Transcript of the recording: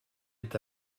est